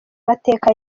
mateka